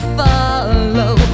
follow